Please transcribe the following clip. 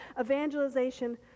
Evangelization